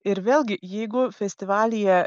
ir vėlgi jeigu festivalyje